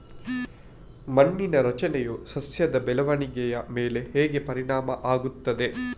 ಮಣ್ಣಿನ ರಚನೆಯು ಸಸ್ಯದ ಬೆಳವಣಿಗೆಯ ಮೇಲೆ ಹೇಗೆ ಪರಿಣಾಮ ಆಗ್ತದೆ?